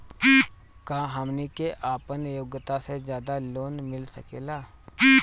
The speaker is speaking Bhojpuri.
का हमनी के आपन योग्यता से ज्यादा लोन मिल सकेला?